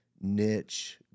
niche